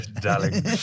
darling